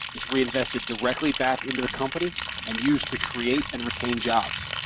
is reinvested directly back into the company and used to create and retain jobs.